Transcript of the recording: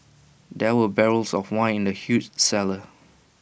there were barrels of wine in the huge cellar